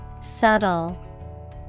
Subtle